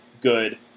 good